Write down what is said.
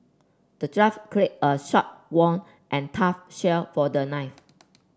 the dwarf crafted a sharp won and tough shield for the knight